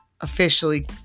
officially